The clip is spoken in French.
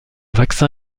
vaccin